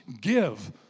Give